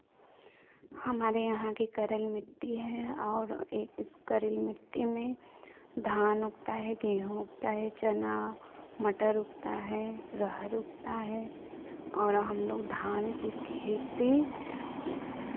हमारे यहां की करेल मिट्टी है और इस करेल मिट्टी में धान उगता है गेहूं उगता है चना मटर उगता है अरहर उगता है और हमलोग धान की खेती